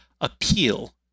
appeal